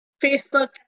Facebook